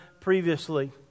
previously